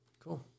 cool